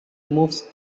moves